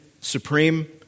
supreme